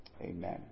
Amen